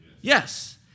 Yes